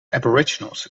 aboriginals